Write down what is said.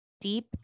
deep